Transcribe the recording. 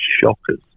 shockers